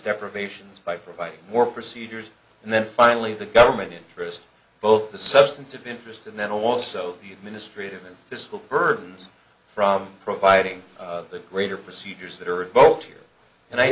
deprivations by providing more procedures and then finally the government interest both the substantive interest and then also the administrative and this will burdens from providing the greater procedures that are evoked here and i